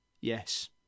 Yes